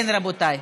כן, רבותיי?